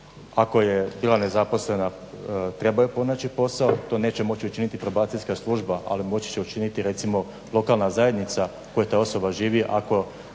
Ako je bila nezaposlena treba joj pronaći posao. To neće moći učiniti probacijska služba ali moći će učiniti recimo lokalna zajednica u kojoj ta osoba živi